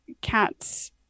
cats